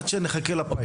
בזמן שנחכה לפיילוט.